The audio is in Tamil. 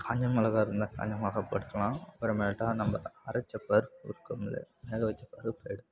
காஞ்ச மிளகாய் இருந்தால் காஞ்ச மிளகாய் போட்டுக்கலாம் அப்புறமேட்டா நம்ப அரைத்த பருப்பு இருக்கும்ல வேக வைச்ச பருப்பை எடுத்து